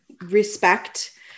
respect